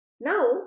Now